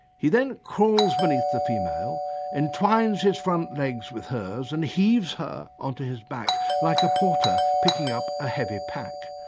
he then crawls beneath the female, entwines his front legs with hers and heaves her onto his back like a porter picking up a heavy pack.